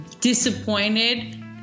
disappointed